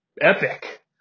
epic